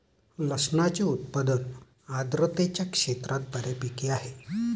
लसणाचे उत्पादन आर्द्रतेच्या क्षेत्रात बऱ्यापैकी आहे